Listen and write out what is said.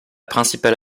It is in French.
principale